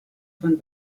von